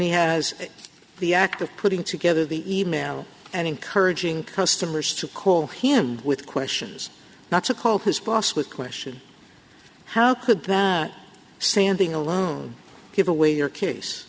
he has the act of putting together the email and encouraging customers to call him with questions not to call his boss with question how could that sanding alone give away your case